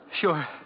Sure